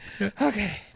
Okay